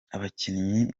abakinnyi